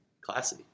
Classy